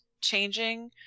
changing